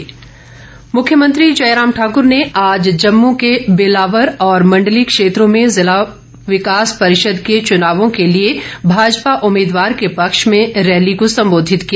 जयराम ठाकुर मुख्यमंत्री जयराम ठाकूर ने आज जम्मू के बिलावर और मण्डली क्षेत्रों में जिला विकास परिषद के चुनावों के लिए भाजपा उम्मीदवार के पक्ष में रैली को संबोधित किया